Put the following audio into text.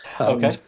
Okay